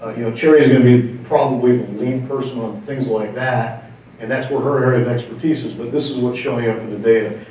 you know cherrys gonna be probably the lead person on things like that and that's where her area of expertise is but this what's showing up in the data.